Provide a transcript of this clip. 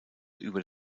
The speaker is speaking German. über